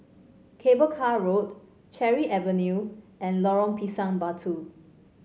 Cable Car Road Cherry Avenue and Lorong Pisang Batu